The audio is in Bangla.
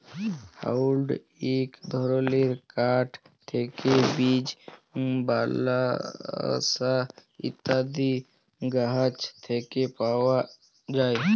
হার্ডউড ইক ধরলের কাঠ যেট বীচ, বালসা ইত্যাদি গাহাচ থ্যাকে পাউয়া যায়